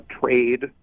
trade